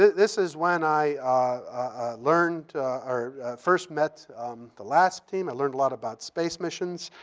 this is when i learned or first met the lasp team. i learned a lot about space missions.